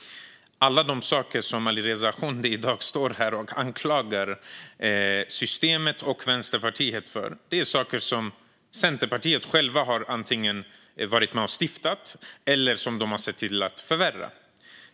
Alla de saker Alireza Akhondi i dag står här och anklagar systemet och Vänsterpartiet för är saker som Centerpartiet självt har antingen varit med och skapat eller sett till att förvärra.